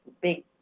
big